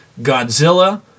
Godzilla